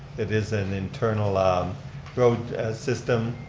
it is an internal um growth system.